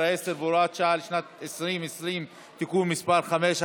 10 והוראת שעה לשנת 2020) (תיקון מס' 5),